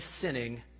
sinning